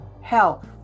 health